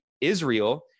Israel